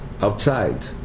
outside